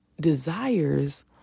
desires